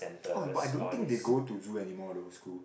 oh but I don't think they go to zoo anymore though school